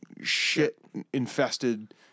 shit-infested